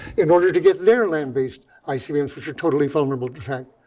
in order to get their land-based icbms, which are totally vulnerable to attack?